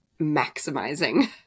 maximizing